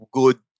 good